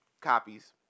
copies